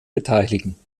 beteiligen